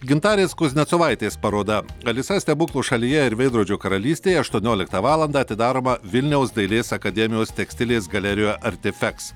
gintarės kuznecovaitės paroda alisa stebuklų šalyje ir veidrodžio karalystėje aštuonioliktą valandą atidaroma vilniaus dailės akademijos tekstilės galerijoje artifeks